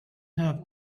have